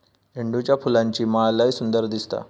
झेंडूच्या फुलांची माळ लय सुंदर दिसता